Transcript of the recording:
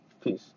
Peace